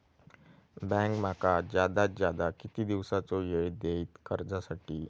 Bank माका जादात जादा किती दिवसाचो येळ देयीत कर्जासाठी?